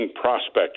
prospect